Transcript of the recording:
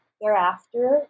thereafter